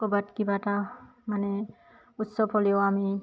ক'বাত কিবা এটা মানে উৎসৱ হ'লেও আমি